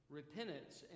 repentance